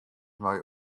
mei